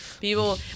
People